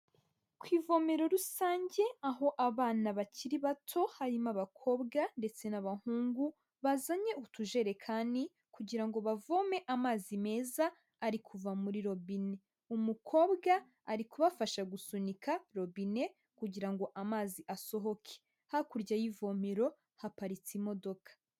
Ku ivomero rusange aho abana bakiri bato harimo abakobwa ndetse n'abahungu bazanye utujerekani kugira ngo bavome amazi meza ari kuva muri robine. Umukobwa ari kubafasha gusunika robine kugira ngo amazi asohoke. Hakurya y'ivomero haparitse imodoka.